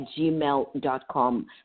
gmail.com